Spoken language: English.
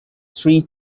three